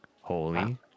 Holy